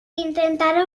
intentar